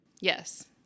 Yes